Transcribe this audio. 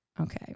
Okay